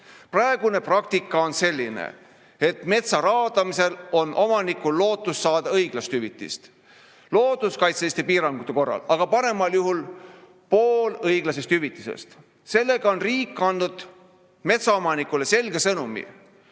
Praegune praktika on selline, et metsa raadamisel on omanikul lootust saada õiglast hüvitist, looduskaitseliste piirangute korral aga paremal juhul pool õiglasest hüvitisest. Sellega on riik andnud metsaomanikule selge sõnumi: